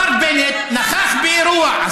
השר בנט נכח באירוע,